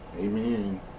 Amen